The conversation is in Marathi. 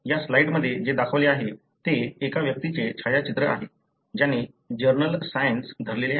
या स्लाइडमध्ये जे दाखवले आहे ते एका व्यक्तीचे छायाचित्र आहे ज्याने जर्नल सायन्स धरलेले आहे